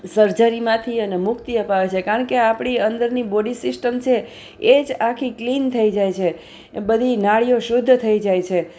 સર્જરીમાંથી એને મુક્તિ અપાવે છે કારણકે આપણી અંદરની બોડી સિસ્ટમ છે એ જ આખી ક્લીન થઈ જાય છે એ બધી નાડીઓ શુદ્ધ થઈ જાય છે